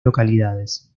localidades